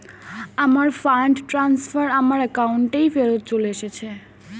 আমার fund transfer আমার অ্যাকাউন্টেই ফেরত চলে এসেছে